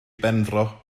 benfro